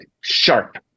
sharp